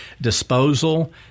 disposal